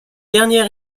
dernier